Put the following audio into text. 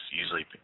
usually